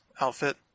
outfit